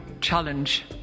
challenge